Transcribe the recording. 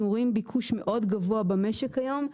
רואים ביקוש מאוד גבוה במשק היום,